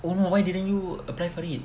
I don't know why didn't you apply for it